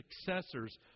successors